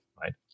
right